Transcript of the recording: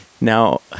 Now